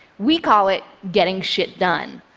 we call it getting shit done,